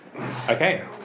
Okay